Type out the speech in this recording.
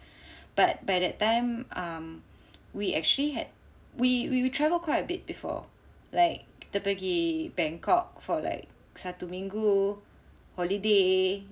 but by that time um we actually had we we we travelled quite a bit before like kita pergi Bangkok for like satu minggu holiday